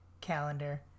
calendar